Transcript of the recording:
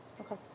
Okay